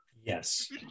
Yes